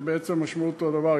שהמשמעות היא אותו דבר,